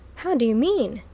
how do you mean?